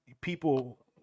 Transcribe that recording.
people